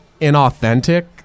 inauthentic